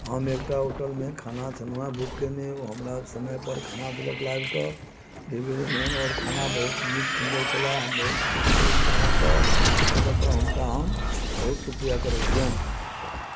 हम एकटा होटलमे खाना खेलहुँ हैं भुखमे ओ समयपर खाना देलक लाइब कऽ जाहिमे मेन खाना बहुत नीक सुन्दर छलै हम बहुत खुश छी अइ खानासँ अइ लऽ कऽ हुनका हम बहुत शुक्रिया करै छियनि